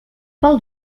pel